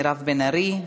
מירב בן ארי,